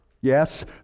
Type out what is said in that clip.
Yes